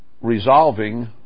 resolving